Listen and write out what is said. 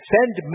Send